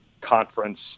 conference